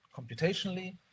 computationally